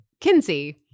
kinsey